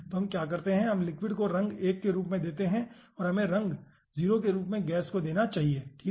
तो हम क्या करते हैं हम लिक्विड को रंग 1 के रूप में देते हैं और हमें रंग 0 के रूप में गैस को देना चाहिए ठीक है